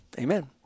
Amen